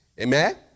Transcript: Amen